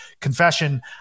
confession